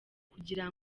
kugira